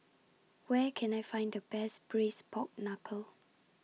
Where Can I Find The Best Braised Pork Knuckle